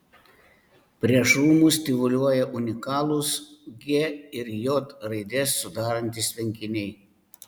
prieš rūmus tyvuliuoja unikalūs g ir j raides sudarantys tvenkiniai